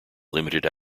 limited